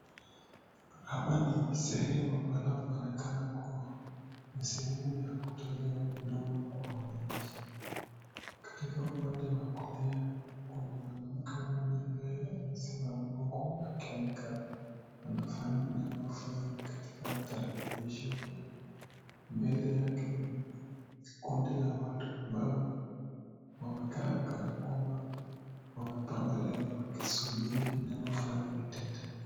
Hapa ni sehemu panapoonekana kuwa ni sehemu ya kutolea huduma kwa wananchi. Katika upande wa kulia, kuna mwanamke mmoja ambaye amesimama huku akionekana anafanya jambo fulani katika tarakilishi yake. Mbele yake ni kundi la watu ambao wamekaa kana kwamba wamepanga laini wakisubiria jambo fulani litendeke.